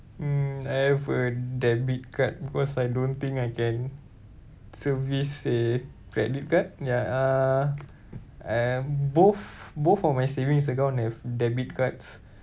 mm I have a debit card because I don't think I can service a credit card ya uh um both both of my savings account have debit cards